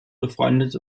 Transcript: befreundet